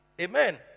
Amen